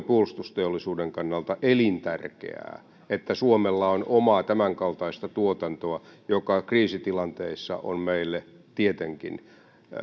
puolustusteollisuuden kannalta elintärkeää että suomella on omaa tämänkaltaista tuotantoa joka kriisitilanteissa on meille tietenkin